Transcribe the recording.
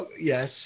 yes